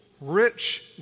rich